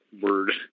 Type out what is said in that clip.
word